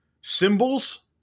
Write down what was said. symbols